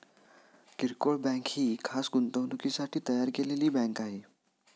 किरकोळ बँक ही खास गुंतवणुकीसाठी तयार केलेली बँक आहे